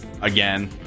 again